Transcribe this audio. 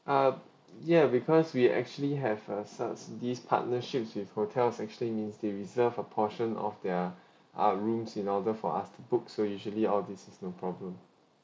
uh ya because we actually have cer~ uh these partnerships with hotels actually means they reserve a portion of their uh rooms in order for us to book so usually all these is no problem